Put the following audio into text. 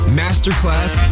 masterclass